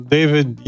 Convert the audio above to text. David